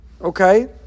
okay